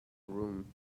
room